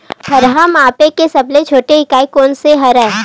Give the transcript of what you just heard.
भार मापे के सबले छोटे इकाई कोन सा हरे?